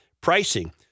pricing